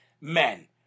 men